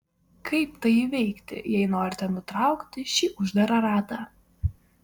kaip tai įveikti jei norite nutraukti šį uždarą ratą